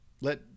let